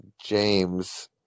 James